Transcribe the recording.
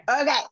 Okay